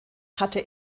hatte